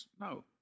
No